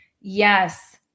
Yes